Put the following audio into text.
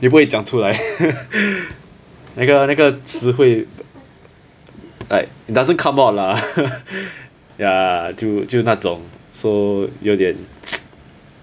你不会讲出来那个那个词汇 like it doesn't come out lah ya 就就那种 so 有点